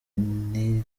ntiyerura